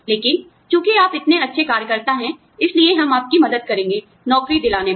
लेकिन चूंकि आप इतने अच्छे कार्यकर्ता हैं इसलिए हम आपकी मदद करेंगे नौकरी दिलाने में